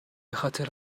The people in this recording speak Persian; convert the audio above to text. خاطر